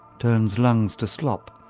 turns lungs to slop,